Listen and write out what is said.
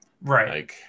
Right